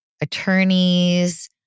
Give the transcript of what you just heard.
attorneys